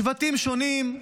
שבטים שונים,